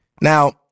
Now